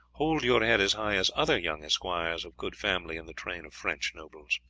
hold your head as high as other young esquires of good family in the train of french nobles.